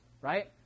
right